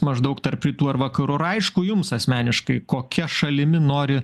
maždaug tarp rytų ir vakarų ar aišku jums asmeniškai kokia šalimi nori